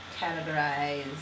categorize